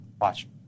Watch